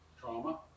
Trauma